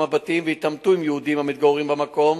הבתים והתעמתו עם יהודים המתגוררים במקום,